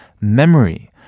Memory